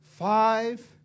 Five